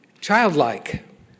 childlike